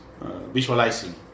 visualizing